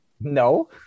No